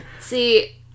See